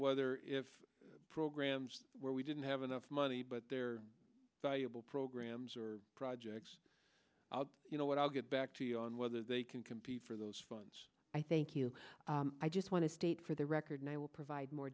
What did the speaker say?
whether if programs where we didn't have enough money but their valuable programs or projects you know what i'll get back to you on whether they can compete for those funds i thank you i just want to state for the record i will provide more